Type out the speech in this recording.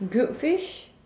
grilled fish